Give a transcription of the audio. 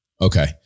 Okay